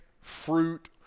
fruit